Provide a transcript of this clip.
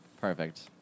Perfect